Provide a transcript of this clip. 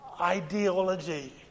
ideology